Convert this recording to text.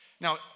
Now